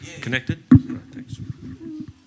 connected